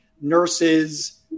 nurses